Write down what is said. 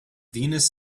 venus